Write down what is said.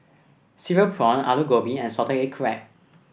Cereal prawn Aloo Gobi and Salted Egg Crab